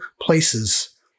places